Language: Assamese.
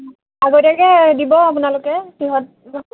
আগতীয়াকৈ দিব আপোনালোকে কিহত